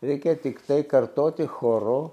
reikia tiktai kartoti choru